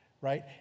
right